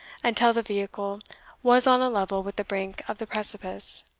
until the vehicle was on a level with the brink of the precipice.